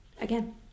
again